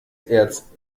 erz